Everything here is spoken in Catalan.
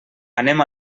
anem